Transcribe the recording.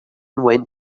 went